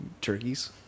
turkeys